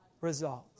results